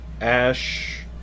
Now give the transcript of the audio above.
Ash